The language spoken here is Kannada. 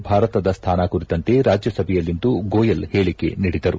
ಯಲ್ಲಿ ಭಾರತದ ಸ್ವಾನ ಕುರಿತಂತೆ ರಾಜ್ಯಸಭೆಯಲ್ಲಿಂದು ಗೋಯೆಲ್ ಹೇಳಿಕೆ ನೀಡಿದರು